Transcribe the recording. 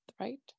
right